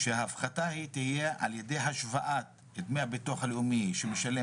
שההפחתה תהיה על-ידי השוואת דמי הביטוח הלאומי שמשלם